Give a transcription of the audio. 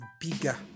bigger